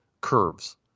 curves